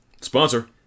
Sponsor